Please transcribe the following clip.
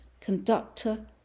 conductor